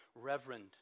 Reverend